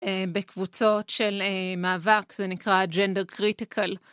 בקבוצות של מאבק, זה נקרא ג'נדר קריטיקל.